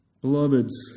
Beloveds